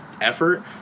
effort